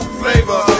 flavor